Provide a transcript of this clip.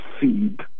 seed